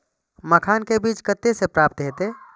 मखान के बीज कते से प्राप्त हैते?